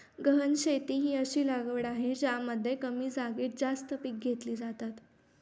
गहन शेती ही अशी लागवड आहे ज्यामध्ये कमी जागेत जास्त पिके घेतली जातात